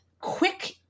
quick